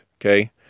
Okay